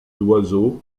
d’oiseaux